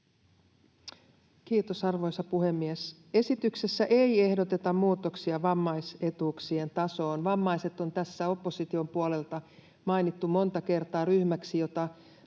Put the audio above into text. Kiitos, arvoisa puhemies! Esityksessä ei ehdoteta muutoksia vammaisetuuksien tasoon. Vammaiset on tässä opposition puolelta mainittu monta kertaa ryhmäksi, jota